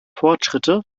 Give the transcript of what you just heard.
fortschritte